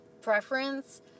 preference